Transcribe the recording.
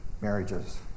marriages